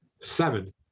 seven